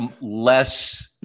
less